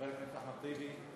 חבר הכנסת אחמד טיבי,